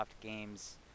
games